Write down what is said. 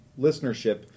listenership